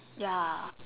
ya